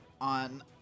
on